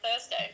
Thursday